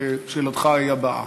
שאלתך היא הבאה.